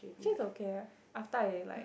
actually is okay leh after I like